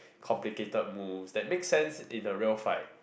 complicated moves that make sense in a real fight